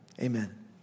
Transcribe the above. amen